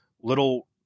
little